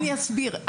אני אסביר.